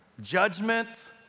Judgment